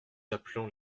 appelons